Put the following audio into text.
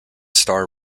star